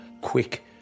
quick